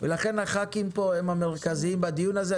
ולכן חברי הכנסת פה הם המרכזיים בדיון הזה.